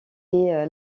est